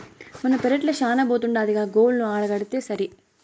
మన పెరట్ల శానా బోతుండాదిగా గోవులను ఆడకడితేసరి